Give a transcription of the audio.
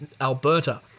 Alberta